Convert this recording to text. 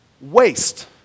waste